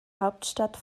hauptstadt